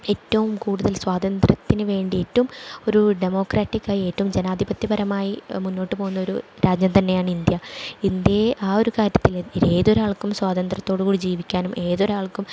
ഏറ്റവും കൂടുതൽ സ്വന്തന്ത്ര്യത്തിനു വേണ്ടിയിട്ടും ഒരു ഡെമോക്രറ്റിക്കായി ഏറ്റവും ജനാധിപത്യപരമായി മുന്നോട്ടു പോകുന്നൊരു രാജ്യം തന്നെയാണ് ഇന്ത്യ ഇന്ത്യയെ ആ ഒരു കാര്യത്തിൽ ഏതൊരാൾക്കും സ്വാതന്ത്ര്യത്തോടു കൂടി ജീവിക്കാനും ഏതൊരാൾക്കും